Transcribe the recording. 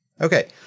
Okay